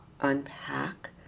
unpack